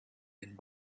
and